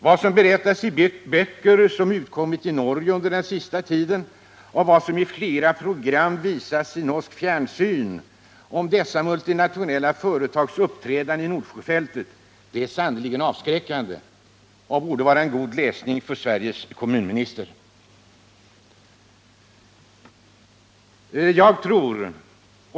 Vad som berättas i böcker som utkommit i Norge under den sista tiden och vad som i flera program visats i Norsk Fjernsyn om dessa multinationella företags uppträdande i Nordsjöfältet är sannerligen avskräckande och borde vara lämplig läsning för Sveriges kommunminister.